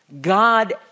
God